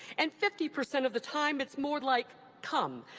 and fifty percent of the time it's more like come,